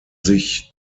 sich